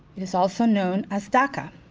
it is also known as daca.